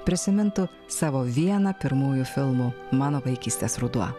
prisimintų savo vieną pirmųjų filmų mano vaikystės ruduo